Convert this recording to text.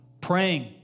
praying